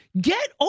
Get